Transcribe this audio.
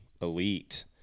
elite